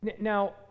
Now